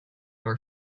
our